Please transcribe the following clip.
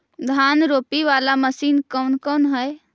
धान रोपी बाला मशिन कौन कौन है?